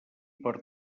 per